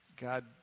God